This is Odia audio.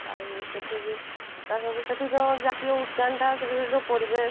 ଆଉ ସେଇଠି ଯେଉଁ ଜାତୀୟ ଉଦ୍ୟାନଟା ସେଇଠି ଯେଉଁ ପରିବେଶ